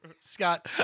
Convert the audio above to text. Scott